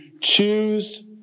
choose